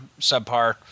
subpar